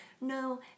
no